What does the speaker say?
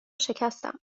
شکستم